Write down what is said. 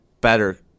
better –